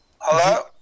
Hello